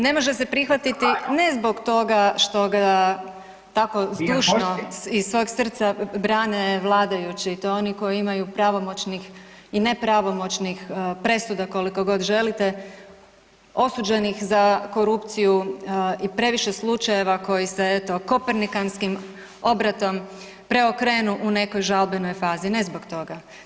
Ne može se prihvatiti ne zbog toga što ga tako zdušno iz svojeg srca brane vladajući i to oni koji imaju pravomoćnih i nepravomoćnih presuda koliko god želite, osuđenih za korupciju i previše slučajeva koji se eto Kopernikanskim obratom preokrenu u nekoj žalbenoj fazi, ne zbog toga.